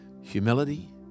Humility